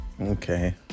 okay